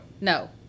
No